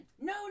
no